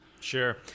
sure